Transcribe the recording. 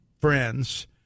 friends